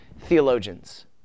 theologians